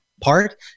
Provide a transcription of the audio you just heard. part-